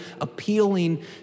appealing